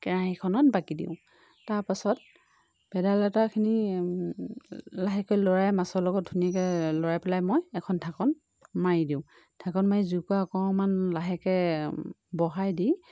কেৰাহীখনত বাকি দিওঁ তাৰ পাছত ভেদাইলতাখিনি লাহেকৈ লৰাই মাছৰ লগত ধুনীয়াকৈ লৰাই পেলাই মই এখন ঢাকন মাৰি দিওঁ ঢাকন মাৰি জুইকুৰা অকণমান লাহেকৈ বঢ়াই দি